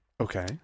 Okay